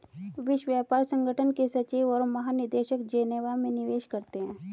विश्व व्यापार संगठन के सचिव और महानिदेशक जेनेवा में निवास करते हैं